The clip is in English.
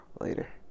Later